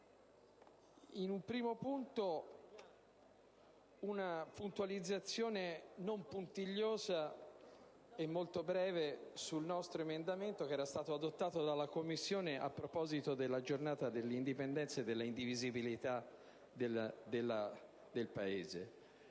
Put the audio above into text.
inizio con una puntualizzazione non puntigliosa e molto breve sul nostro emendamento, che era stato adottato dalla Commissione a proposito della giornata dell'indipendenza e dell'indivisibilità del Paese